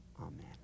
Amen